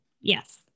yes